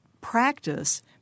practice